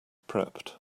prepped